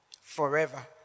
forever